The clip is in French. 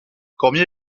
cormier